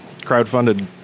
crowdfunded